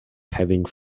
having